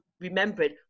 remembered